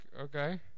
okay